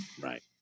Right